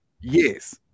Yes